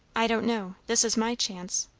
i don't know. this is my chance.